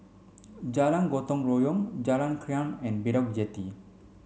Jalan Gotong Royong Jalan Krian and Bedok Jetty